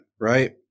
right